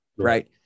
Right